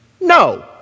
No